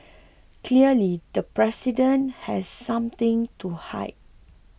clearly the president has something to hide